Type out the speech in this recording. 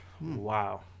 Wow